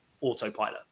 autopilot